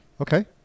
Okay